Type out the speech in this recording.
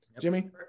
Jimmy